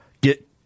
get